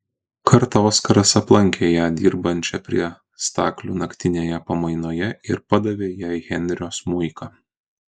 kartą oskaras aplankė ją dirbančią prie staklių naktinėje pamainoje ir padavė jai henrio smuiką